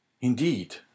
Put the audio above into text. Indeed